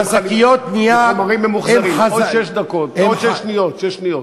ושקיות הנייר הן חזקות, עוד שש שניות.